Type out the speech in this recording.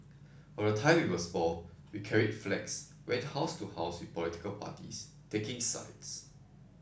from the time we were small we carried flags went house to house with political parties taking sides